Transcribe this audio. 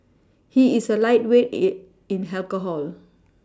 he is a lightweight in in alcohol